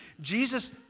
Jesus